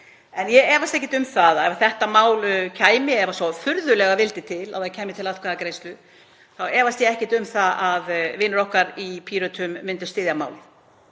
En ég efast ekkert um að ef þetta mál kæmi, ef svo furðulega vildi til að það kæmi til atkvæðagreiðslu, þá efast ég ekkert um að vinir okkar í Pírötum myndu styðja málið.